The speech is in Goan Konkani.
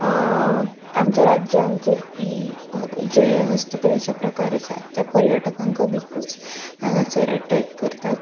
आमच्या राज्यान चलपी जे हस्तकलेचे प्रकार आसा ते पर्यटकांक अदिकूच हांगासर एट्रॅक्ट करतात